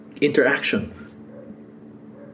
interaction